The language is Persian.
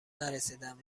نرسیدن